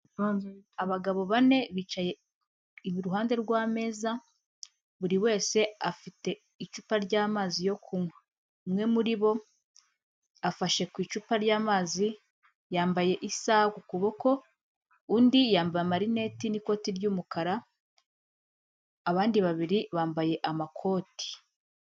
Abagabo bane bicaye iruhande rw'ameza, buri wese afite icupa ry'amazi yo kunywa, umwe muri bo afashe ku icupa ry'amazi, yambaye isaha ku kuboko, undi yambaye amarineti n'ikoti ry'umukara abandi babiri bambaye amakoti.